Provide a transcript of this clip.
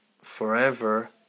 forever